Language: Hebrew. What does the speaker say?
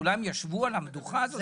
כולם ישבו על המדוכה הזאת?